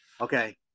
Okay